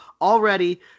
already